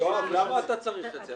אבל יואב, למה אתה צריך את זה?